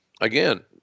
again